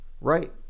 Right